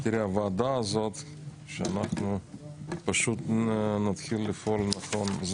הוועדה הזאת שאנחנו פשוט נתחיל לפעול נכון.